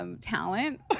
talent